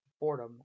boredom